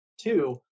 two